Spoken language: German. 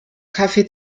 kaffee